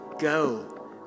go